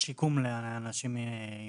ואם זה שיקום לאנשים למשל?